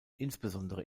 insbesondere